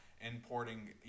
importing